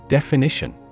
Definition